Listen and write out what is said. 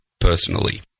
personally